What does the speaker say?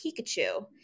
Pikachu